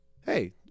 hey